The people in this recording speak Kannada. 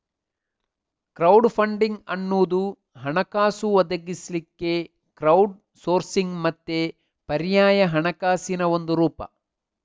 ಕ್ರೌಡ್ ಫಂಡಿಂಗ್ ಅನ್ನುದು ಹಣಕಾಸು ಒದಗಿಸ್ಲಿಕ್ಕೆ ಕ್ರೌಡ್ ಸೋರ್ಸಿಂಗ್ ಮತ್ತೆ ಪರ್ಯಾಯ ಹಣಕಾಸಿನ ಒಂದು ರೂಪ